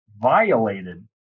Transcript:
violated